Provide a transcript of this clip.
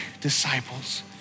disciples